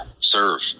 serve